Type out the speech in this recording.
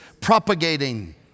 propagating